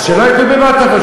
אז שלא ייתנו במעטפות,